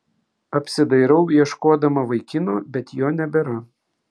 apsidairau ieškodama vaikino bet jo nebėra